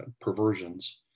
perversions